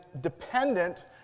dependent